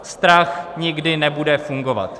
Strach nikdy nebude fungovat.